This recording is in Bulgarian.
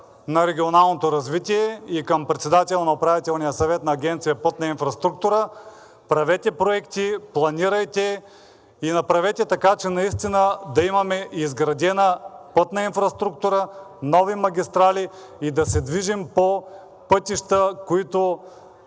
на регионалното развитие и към председателя на Управителния съвет на Агенция „Пътна инфраструктура“: правете проекти, планирайте и направете така, че наистина да имаме изградена пътна инфраструктура, нови магистрали и да се движим по пътища, които